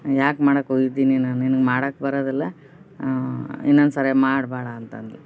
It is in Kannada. ಯಾಕೆ ಮಾಡಕ್ಕೆ ಹೋಗಿದ್ದಿ ನೀನು ನಿನಗೆ ಮಾಡಕ್ಕೆ ಬರೋದಿಲ್ಲ ಇನ್ನೊಂದು ಸಾರೆ ಮಾಡಬೇಡ ಅಂತಂದ್ಳು